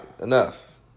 enough